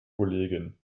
kollegin